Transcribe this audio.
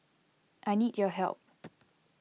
I need your help